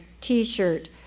t-shirt